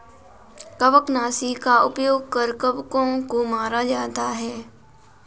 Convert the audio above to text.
कवकनाशी का उपयोग कर कवकों को मारा जाता है